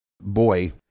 Boy